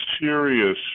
serious